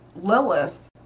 Lilith